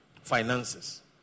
Finances